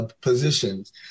Positions